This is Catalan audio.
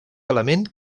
element